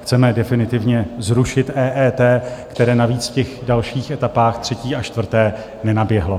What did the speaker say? Chceme definitivně zrušit EET, které navíc v těch dalších etapách, třetí a čtvrté, nenaběhlo.